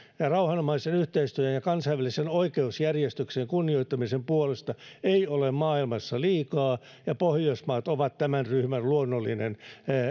ja rauhanomaisen yhteistyön ja kansainvälisen oikeusjärjestyksen kunnioittamisen puolesta ei ole maailmassa liikaa ja pohjoismaat ovat tämän ryhmän luonnollinen